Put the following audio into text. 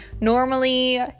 Normally